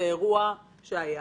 זה אירוע שהיה